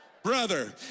brother